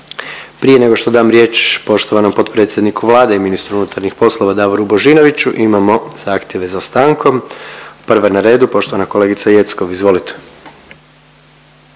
Prije nego što dam riječ poštovanom potpredsjedniku Vlade i ministru unutarnjih poslova Davoru Božinoviću, imamo zahtjeve za stankom. Prva na redu poštovana kolegica Jeckov, izvolite.